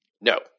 No